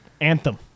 Anthem